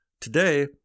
Today